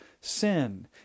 sin